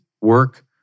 work